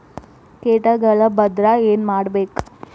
ಕೇಟಗಳ ಬಂದ್ರ ಏನ್ ಮಾಡ್ಬೇಕ್?